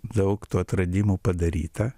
daug tų atradimų padaryta